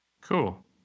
Cool